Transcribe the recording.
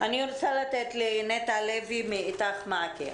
אני רוצה לתת לנטע לוי מ"איתך-מעכי".